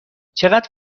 چقدر